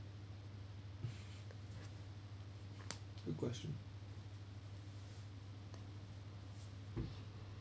good question